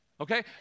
okay